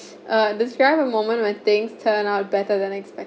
uh describe a moment when things turn out better than expect